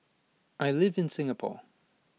I live in Singapore